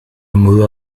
mudó